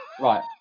Right